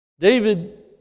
David